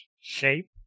shape